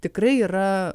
tikrai yra